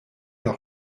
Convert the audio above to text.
leur